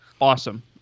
awesome